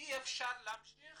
אי אפשר להמשיך